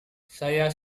saya